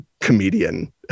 comedian